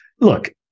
Look